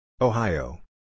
Ohio